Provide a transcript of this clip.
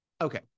Okay